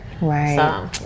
Right